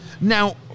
Now